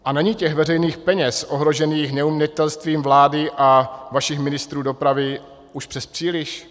A není těch veřejných peněz ohrožených neumětelstvím vlády a vašich ministrů dopravy už přespříliš?